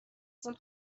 سال